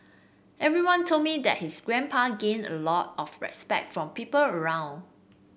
everyone told me that his grandpa gained a lot of respect from people around